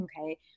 Okay